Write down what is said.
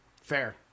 Fair